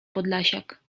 podlasiak